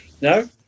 No